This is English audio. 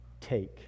Take